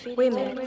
women